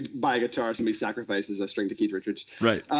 buy a guitar, somebody sacrifices a string to keith richards.